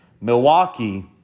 Milwaukee